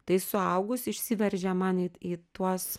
tai suaugus išsiveržė man į į tuos